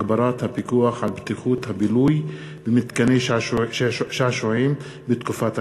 הגברת הפיקוח על בטיחות הבילוי במתקני שעשועים בתקופת הקיץ,